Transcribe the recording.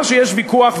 נאמר שיש ויכוח,